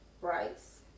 rice